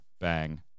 bang